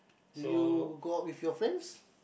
do you go out with your friends